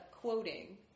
quoting